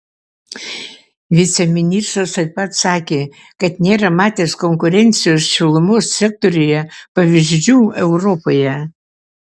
viceministras taip pat sakė kad nėra matęs konkurencijos šilumos sektoriuje pavyzdžių europoje